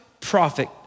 prophet